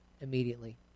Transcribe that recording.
immediately